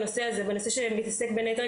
בין היתר,